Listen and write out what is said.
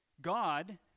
God